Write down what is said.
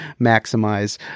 maximize